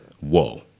whoa